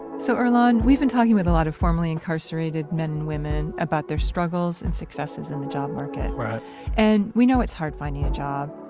so earlonne, we've been talking with a lot of formerly incarcerated men and women about their struggles and successes in the job market right and we know it's hard finding a job.